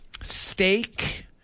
steak